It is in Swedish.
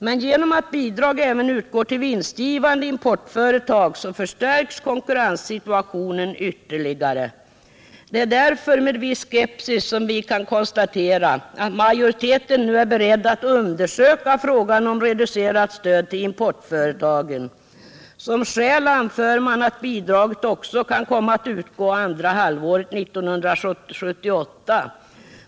Men genom att bidrag även utgår till vinstgivande importföretag förstärks konkurrenssituationen ytterligare. Det är därför med viss skepsis som vi kan konstatera att majoriteten nu är beredd att undersöka frågan om reducerat stöd till importföretagen. Som skäl anför man att bidraget också kan komma att utgå andra halvåret 1978.